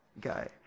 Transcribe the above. guy